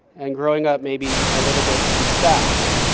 and growing up maybe a little bit too fast.